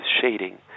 shading